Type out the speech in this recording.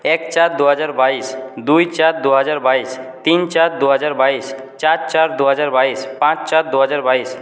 এক চার দুহাজার বাইশ দুই চার দুহাজার বাইশ তিন চার দুহাজার বাইশ চার চার দুহাজার বাইশ পাঁচ চার দুহাজার বাইশ